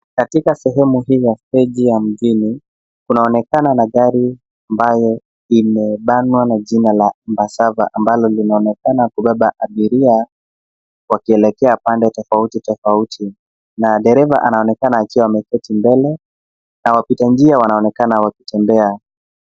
Katika sehemu hii ya steji ya mjini, kunaonekana na gari ambayo imebanwa na jina la Embasava, ambalo linaonekana kubeba abiria wakielekea pande tofauti tofauti, na dereva anaonekana akiwa ameketi mbele, na wapita njia wanaonekana wakitembea.